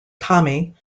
tommy